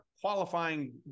qualifying